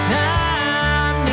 time